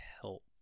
help